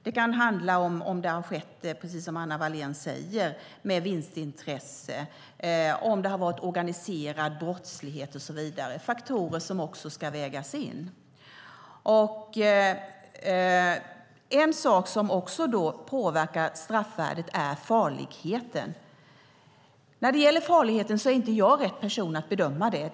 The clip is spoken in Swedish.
Det kan handla om att det har skett, precis som Anna Wallén säger, med vinstintresse, att det har varit organiserad brottslighet och så vidare - faktorer som också ska vägas in. En sak som också påverkar straffvärdet är farligheten. När det gäller farligheten är inte jag rätt person att bedöma den.